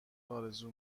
آرزو